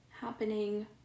happening